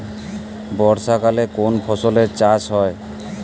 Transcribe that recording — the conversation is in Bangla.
বর্ষাকালে কোন ফসলের চাষ হয়?